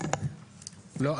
לא?